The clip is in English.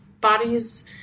Bodies